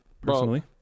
personally